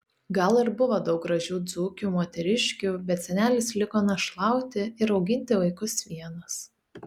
gal ir buvo daug gražių dzūkių moteriškių bet senelis liko našlauti ir auginti vaikus vienas